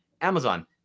amazon